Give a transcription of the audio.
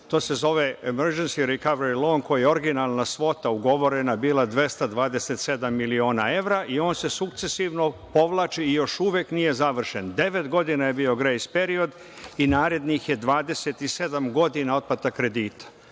to se zove „emergency recovery loan“, koji je originalna svota ugovorena bila 227 miliona evra i on se sukcesivno povlači i još uvek nije završen. Devet godina je bio grejs period i narednih je 27 godina otplata kredita. To